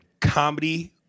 comedy